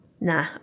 Nah